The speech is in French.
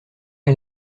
est